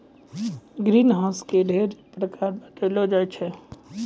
green house के ढ़ेरी प्रकार बतैलो जाय छै